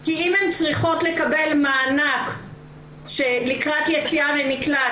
כי אם הן צריכות לקבל מענק לקראת יציאה ממקלט